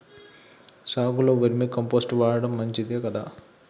సాగులో vermicompost వాడటం మంచిదే కదా?